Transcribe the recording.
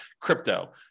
crypto